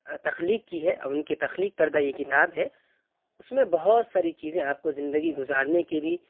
تخلیق کی ہے اور ان کی تخلیق کردہ یہ کتاب ہے اس میں بہت ساری چیزیں آپ کو زندگی گزارنے کے بھی